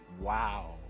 wow